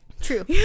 True